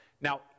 Now